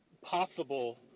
possible